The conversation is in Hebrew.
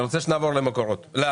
אני רוצה שנעבור לשימושים.